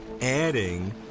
Adding